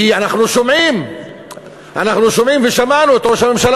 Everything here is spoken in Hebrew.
כי אנחנו שומעים ושמענו את ראש הממשלה